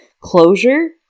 Closure